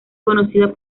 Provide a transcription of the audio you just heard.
conocida